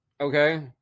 okay